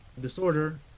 disorder